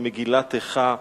במגילת איכה,